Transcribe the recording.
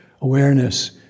awareness